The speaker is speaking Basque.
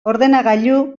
ordenagailu